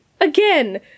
Again